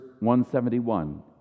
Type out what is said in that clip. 171